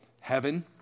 heaven